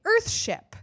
Earthship